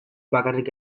bakarrik